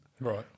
right